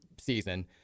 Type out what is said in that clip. season